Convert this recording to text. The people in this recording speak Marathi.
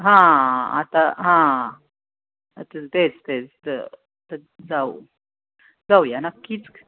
हां आता हां तर तेच तेच तर जाऊ जाऊया नक्कीच